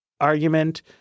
argument –